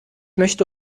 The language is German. möchte